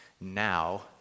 now